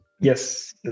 Yes